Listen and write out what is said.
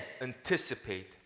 anticipate